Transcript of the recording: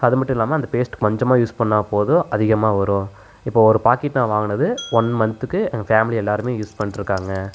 அது மட்டும் இல்லாமல் அந்த பேஸ்ட் கொஞ்சமாக யூஸ் பண்ணால் போதும் அதிகமாக வரும் இப்போது ஒரு பாக்கிட் நான் வாங்கினது ஒன் மன்த்துக்கு எங் ஃபேமிலி எல்லாருமே யூஸ் பண்ணிருக்காங்க